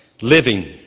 Living